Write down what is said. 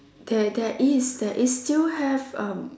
there there is there is still have a